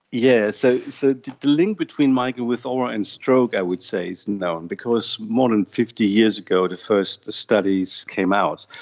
yeah, so so the link between migraine with aura and stroke i would say is known because more than fifty years ago the first studies came out.